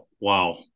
wow